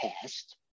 past